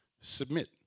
Submit